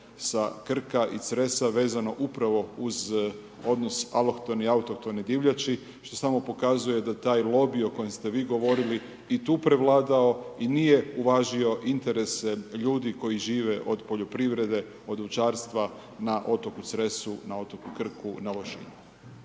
sa Krka i Cresa vezano upravo uz odnosno alohtone i autohtone divljači što samo pokazuje da taj lobij o kojem ste vi govorili i tu prevladao i nije uvažio interese ljudi koji žive od poljoprivrede, od ovčarstva na otoku Cresu, na otoku Krku, na Lošinju.